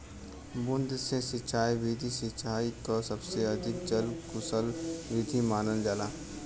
बूंद से सिंचाई विधि सिंचाई क सबसे अधिक जल कुसल विधि मानल जाला